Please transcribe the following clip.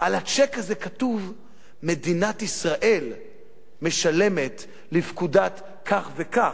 על הצ'ק הזה כתוב "מדינת ישראל משלמת לפקודת כך וכך,